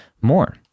more